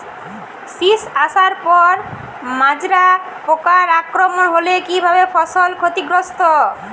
শীষ আসার পর মাজরা পোকার আক্রমণ হলে কী ভাবে ফসল ক্ষতিগ্রস্ত?